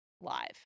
live